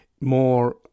more